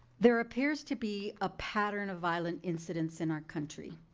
there appears to be a pattern of violent incidents in our country.